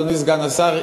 אדוני סגן השר,